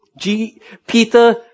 Peter